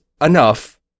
enough